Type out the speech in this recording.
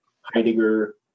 Heidegger